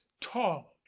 tall